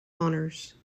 honors